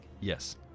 Yes